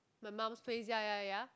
my mum's place ya ya ya